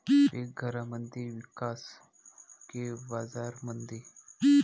पीक घरामंदी विकावं की बाजारामंदी?